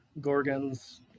gorgons